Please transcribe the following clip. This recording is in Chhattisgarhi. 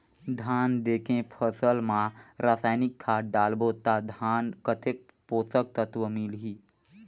धान देंके फसल मा रसायनिक खाद डालबो ता धान कतेक पोषक तत्व मिलही?